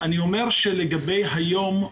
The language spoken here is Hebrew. אני אומר שלגבי היום,